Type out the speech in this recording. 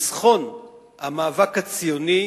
לניצחון המאבק הציוני